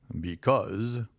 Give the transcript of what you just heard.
Because